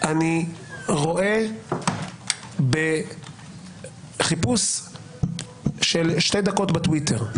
אני רואה בחיפוש של שתי דקות בטוויטר.